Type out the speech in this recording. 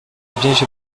byinshi